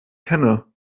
kenne